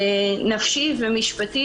נפשי ומשפטי.